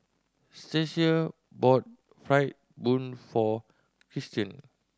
Stasia bought fried bun for Kristian